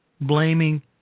blaming